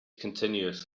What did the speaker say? continuously